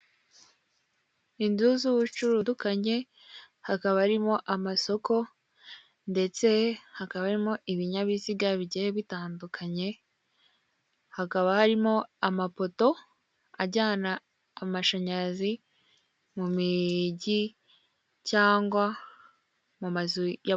Inzu z'ubucuru ndukanye hakaba arimo amasoko, ndetse hakabamo ibinyabiziga bigiye bitandukanye, hakaba harimo amapoto ajyana amashanyarazi mu mijyi cyangwa mu mazu ya.